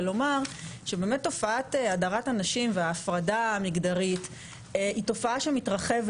ולומר שבאמת תופעת הדרת הנשים וההפרדה המגדרית היא תופעה שמתרחבת.